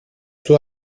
του